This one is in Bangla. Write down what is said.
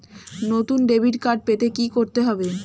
নতুন ডেবিট কার্ড পেতে কী করতে হবে?